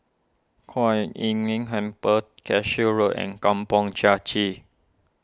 Kuan Im Tng Temple Cashew Road and Kampong Chai Chee